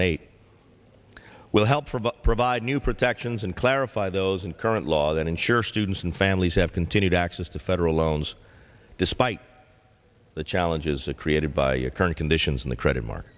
and eight will help provide new protections and clarify those and current law that ensure students and families have continued access to federal loans despite the challenges it created by the current conditions in the credit m